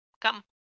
come